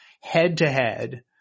head-to-head